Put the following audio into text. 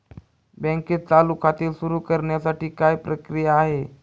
बँकेत चालू खाते सुरु करण्यासाठी काय प्रक्रिया आहे?